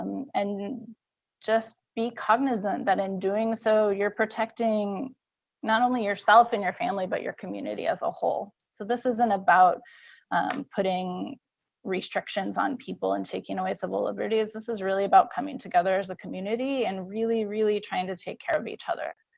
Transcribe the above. and just be cognizant that in doing so you're protecting not only yourself and your family, but your community as a whole. so this isn't about putting restrictions on people and taking away civil liberties. this is really about coming together as a community and really, really trying to take care of each other.